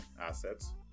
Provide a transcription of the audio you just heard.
assets